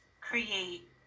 create